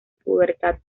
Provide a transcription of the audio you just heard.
pubertad